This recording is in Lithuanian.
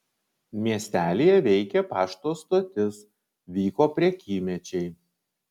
miestelyje veikė pašto stotis vyko prekymečiai